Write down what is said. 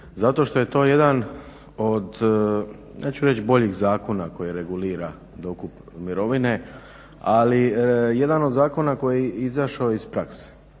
zato što je to jedan od, ja ću reći boljih zakona koji regulira dokup mirovine ali jedan od zakona koji je izašao iz prakse,